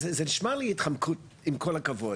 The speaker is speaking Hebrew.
זה נשמע לי התחמקות, עם כל הכבוד,